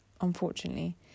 unfortunately